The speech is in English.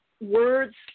words